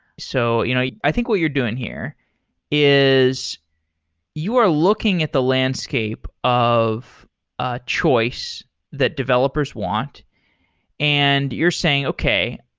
so you know i think what you're doing here is you are looking at the landscape of ah choice that developers want and you're saying, okay,